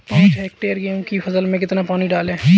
पाँच हेक्टेयर गेहूँ की फसल में कितना पानी डालें?